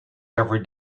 every